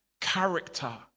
character